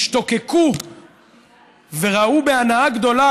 השתוקקו וראו בהנאה גדולה,